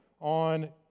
on